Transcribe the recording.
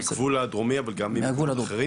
בגבול הדרומי אבל גם מאחרים?